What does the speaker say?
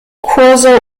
kurse